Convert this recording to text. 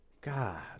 God